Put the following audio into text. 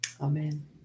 Amen